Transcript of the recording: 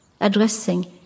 addressing